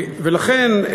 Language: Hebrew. ולכן,